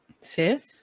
fifth